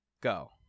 go